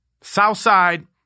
Southside